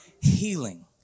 healing